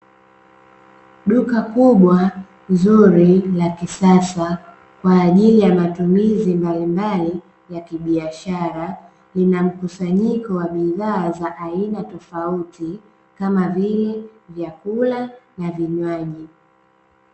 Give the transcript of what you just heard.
Duka kubwa zuri la kisasa kwa ajili ya matumizi mbalimbali ya kibiashara, lina mkusanyiko wa bidhaa za aina tofauti kama vile: vyakula na vinywaji.